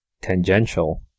tangential